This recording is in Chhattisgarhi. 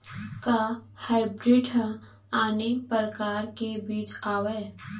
का हाइब्रिड हा आने परकार के बीज आवय?